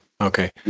Okay